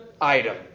item